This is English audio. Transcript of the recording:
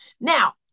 Now